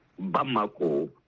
Bamako